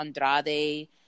Andrade